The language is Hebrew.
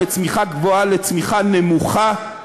מצמיחה גבוהה לצמיחה נמוכה,